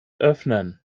öffnen